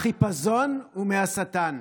החיפזון הוא מהשטן.